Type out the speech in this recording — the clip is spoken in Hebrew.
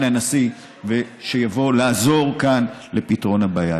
הנשיא שיבוא לעזור כאן לפתרון הבעיה.